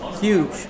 Huge